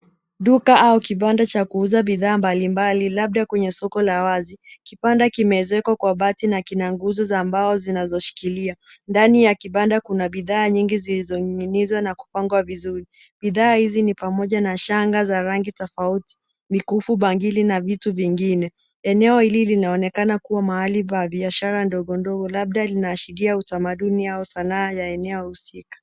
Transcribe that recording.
Duka au kibanda cha kuuza bidhaa mbalimbali labda kwenye soko la wazi. Kibanda kimeezekwa kwa bati na kina nguzo za mbao zinazoshikilia. Ndani ya kibanda kuna bidhaa nyingi zilizoning'inizwa na kupangwa vizuri. Bidhaa hizi ni pamoja na shanga za rangi tofauti, mikufu, bangili na vitu vingine. Eneo hili linaonekana kuwa mahali pa biashara ndogo ndogo labda linaashiria utamaduni au sanaa ya eneo husika.